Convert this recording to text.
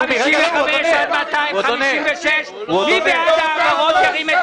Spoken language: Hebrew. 255 עד 256. מי בעד ההעברות ירים את